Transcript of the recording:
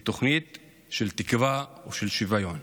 היא תוכנית של תקווה ושל שוויון,